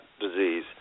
disease